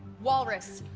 walrus.